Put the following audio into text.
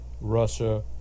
Russia